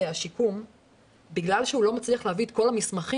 השיקום בגלל שהוא לא מצליח להביא את כל המסמכים,